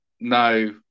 no